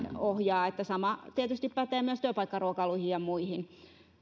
ohjaa sama tietysti pätee myös työpaikkaruokailuihin ja muihin